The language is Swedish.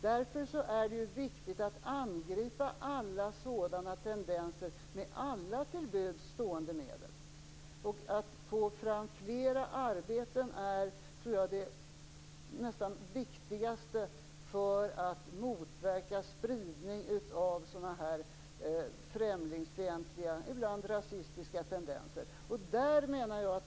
Det är viktigt att angripa alla sådana tendenser med alla till buds stående medel. Att få fram fler arbeten tror jag är det viktigaste för att motverka spridning av främlingsfientliga och ibland rasistiska tendenser.